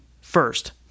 first